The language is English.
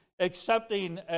accepting